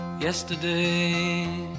Yesterday